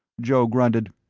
joe grunted,